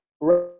Right